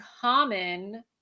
common